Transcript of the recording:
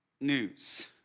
news